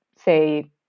say